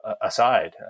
aside